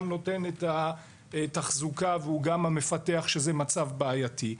נותן את התחזוקה והוא גם המפתח שזה מצב בעייתי.